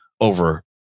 over